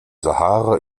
sahara